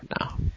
now